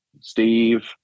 steve